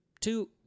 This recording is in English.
two